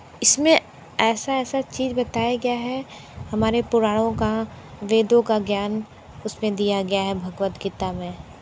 इसमें ऐसा ऐसा चीज़ बताया गया है हमारे पुराणों का वेदों का ज्ञान उस में दिया गया है भगवत गीता में